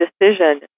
decision